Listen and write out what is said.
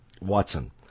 Watson